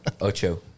Ocho